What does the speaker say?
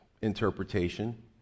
interpretation